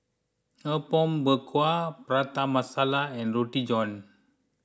Apom Berkuah Prata Masala and Roti John